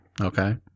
Okay